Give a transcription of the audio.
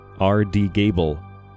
rdgable